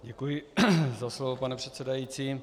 Děkuji za slovo, pane předsedající.